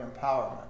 empowerment